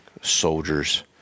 soldiers